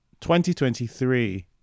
2023